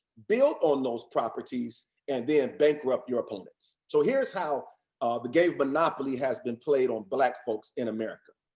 build on those properties, and then bankrupt your opponents. so here's how the game of monopoly has been played on black folks in america.